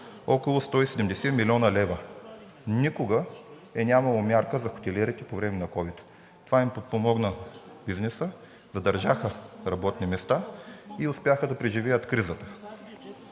около 170 млн. лв. Никога не е имало мярка за хотелиерите по време на ковид. Това подпомогна бизнеса, задържаха работни места и успяха да преживеят кризата.